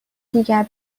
دیگر